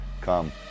come